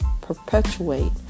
perpetuate